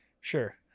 sure